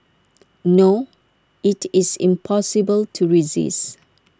no IT is impossible to resist